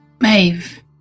Maeve